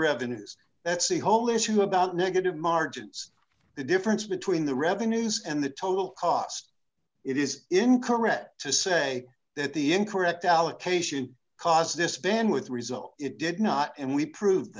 revenues that's the whole issue about negative margins the difference between the revenues and the total cost it is incorrect to say that the incorrect allocation cost dishpan with result it did not and we proved